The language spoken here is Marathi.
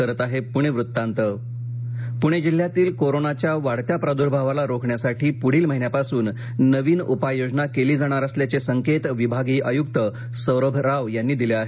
आयक्त पूणे जिल्ह्यातील कोरोनाच्या वाढत्या प्रादुर्भावाला रोखण्यासाठी पुढील महिन्यापासून नवीन उपाय योजना केली जाणार असल्याचे संकेत विभागीय आयुक्त सौरभ राव यांनी दिले आहेत